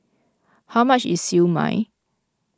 how much is Siew Mai